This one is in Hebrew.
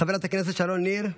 חברת הכנסת שרון ניר,